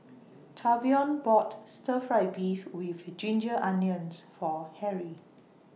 Tavion bought Stir Fried Beef with Ginger Onions For Harry